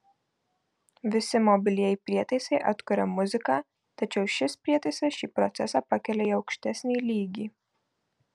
visi mobilieji prietaisai atkuria muziką tačiau šis prietaisas šį procesą pakelia į aukštesnį lygį